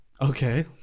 Okay